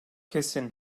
kesin